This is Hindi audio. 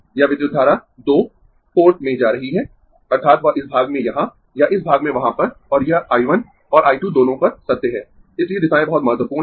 यह विद्युत धारा 2 पोर्ट में जा रही है अर्थात् वह इस भाग में यहाँ या इस भाग में वहाँ पर और यह I 1 और I 2 दोनों पर सत्य है इसलिए दिशाएँ बहुत महत्वपूर्ण है